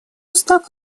устав